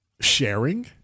sharing